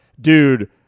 dude